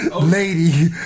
lady